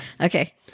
Okay